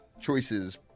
choices